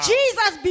Jesus